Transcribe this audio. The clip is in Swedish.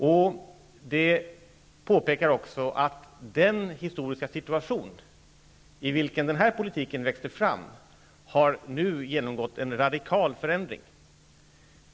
Utskottet påpekar också att den historiska situation i vilken denna politik växte fram nu har genomgått en radikal förändring.